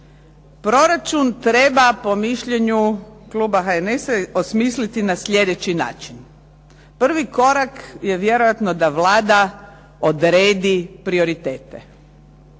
proračun treba po mišljenju kluba HNS-a osmisliti na slijedeći način. Prvi korak je vjerojatno da Vlada odredi prioritete.